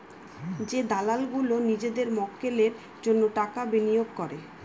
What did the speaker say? যে দালাল গুলো নিজেদের মক্কেলের জন্য টাকা বিনিয়োগ করে